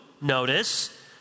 notice